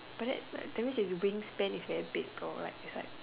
but then like that means it's wingspan is very big though right it's like